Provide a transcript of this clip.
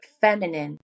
feminine